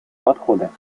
подхода